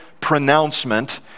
pronouncement